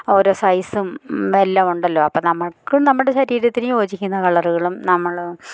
ഓരോ സൈസും എല്ലാം ഉണ്ടല്ലോ അപ്പം നമ്മൾക്കും നമ്മുടെ ശരീരത്തിന് യോജിക്കുന്ന കളറുകളും നമ്മള്